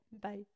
Bye